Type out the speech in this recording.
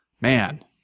man